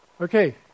Okay